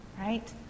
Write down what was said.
Right